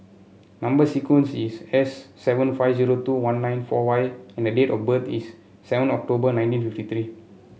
number sequence is S seven five zero two one nine four Y and date of birth is seven October nineteen fifty three